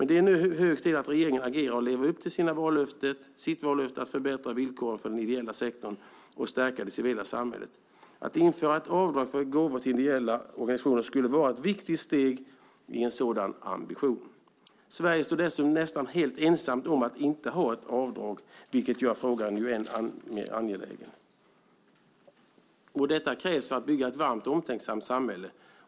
Det är nu hög tid att regeringen agerar och lever upp till sitt vallöfte att förbättra villkoren för den ideella sektorn och stärka det civila samhället. Att införa ett avdrag för gåvor till ideella organisationer skulle vara ett viktigt steg i en sådan ambition. Sverige står dessutom nästan helt ensamt om att inte ha ett avdrag, vilket ju gör frågan än mer angelägen. Detta krävs för att vi ska bygga ett varmt och omtänksamt samhälle.